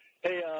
Hey